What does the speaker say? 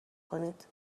کنید